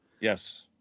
Yes